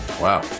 Wow